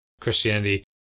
Christianity